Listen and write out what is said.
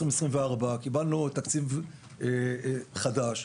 קיבלנו תקציב חדש,